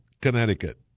Connecticut